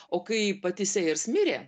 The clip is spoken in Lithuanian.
o kai pati sejers mirė